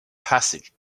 passage